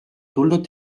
tulnud